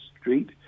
street